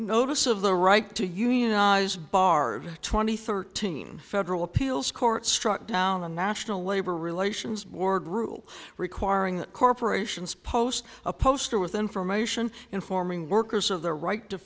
notice of the right to unionize bars twenty thirteen federal appeals court struck down the national labor relations board rule requiring corporations post a poster with information informing workers of the right to